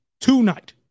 tonight